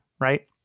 right